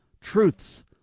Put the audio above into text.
truths